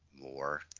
more